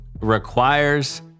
requires